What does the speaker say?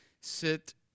sit